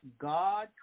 God